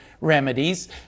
remedies